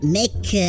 make